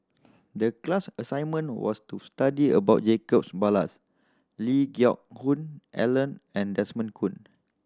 the class assignment was to study about Jacobs Ballas Lee Geck Hoon Ellen and Desmond Kon